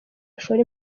bashora